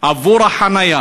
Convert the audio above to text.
עבור החניה.